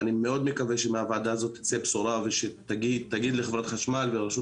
ואני מאוד מקווה שמהוועדה הזאת תצא בשורה שתגיד לחברת החשמל ולרשות